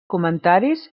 comentaris